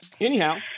anyhow